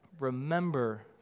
remember